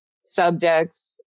subjects